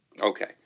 Okay